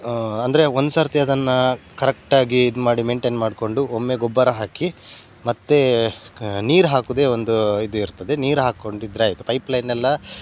ಅಂದರೆ ಒಂದ್ಸರ್ತಿ ಅದನ್ನು ಕರೆಕ್ಟಾಗಿ ಇದು ಮಾಡಿ ಮೇಂಟೆನ್ ಮಾಡಿಕೊಂಡು ಒಮ್ಮೆ ಗೊಬ್ಬರ ಹಾಕಿ ಮತ್ತೆ ನೀರು ಹಾಕೋದೆ ಒಂದು ಇದು ಇರ್ತದೆ ನೀರು ಹಾಕೊಂಡು ಇದ್ದರೆ ಆಯಿತು ಪೈಪ್ಲೈನ್ ಎಲ್ಲ